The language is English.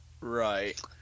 Right